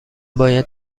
باید